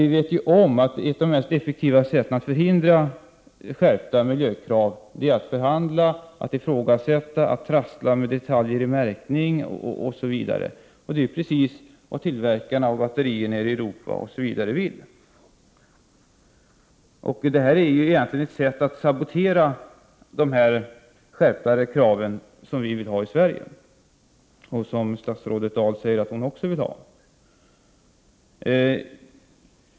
Vi vet att ett av de mest effektiva sätten att förhindra en skärpning av miljökraven är att förhandla, ifrågasätta, trassla med detaljer när det gäller — Prot. 1988/89:56 märkningen, osv. Och det är precis vad tillverkarna av batterier i Europa vill. 27 januari 1989 Detta är egentligen ett sätt att sabotera den skärpning av kraven som vi i XX — Sverige vill ha och som statsrådet Dahl säger att hon också vill ha.